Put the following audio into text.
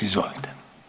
Izvolite.